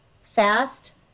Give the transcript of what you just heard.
fast